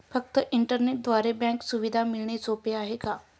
फक्त इंटरनेटद्वारे बँक सुविधा मिळणे सोपे आहे का?